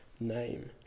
name